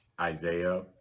Isaiah